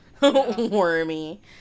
Wormy